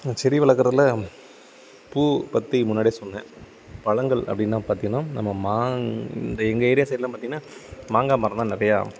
நான் செடி வளக்கிறதுல பூ பற்றி முன்னாடியே சொன்னேன் பழங்கள் அப்டின்னு பாத்தோனா நம்ம இந்த எங்கள் ஏரியா சைடுலாம் பாத்தோனா மாங்காய் மரம் தான் நிறையா